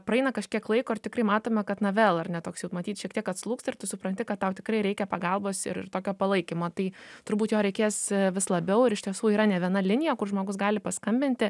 praeina kažkiek laiko ir tikrai matome kad na vėl ar ne toks jau matyt šiek tiek atslūgsta ir tu supranti kad tau tikrai reikia pagalbos ir ir tokio palaikymo tai turbūt jo reikės vis labiau ir iš tiesų yra ne viena linija kur žmogus gali paskambinti